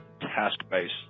task-based